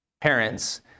parents